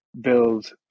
build